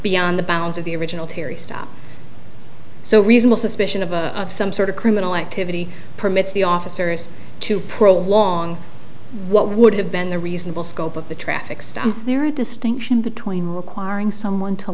beyond the bounds of the original terri stop so reasonable suspicion of some sort of criminal activity permits the officers to prolong what would have been the reasonable scope of the traffic stop is there a distinction between requiring someone to